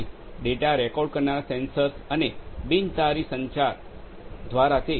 તેથી data record કરનારા sensors અને બિન તારી સંચારવાયરલેસ કમ્યુનિકેશન દ્વારા તે સીધા પી